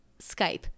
Skype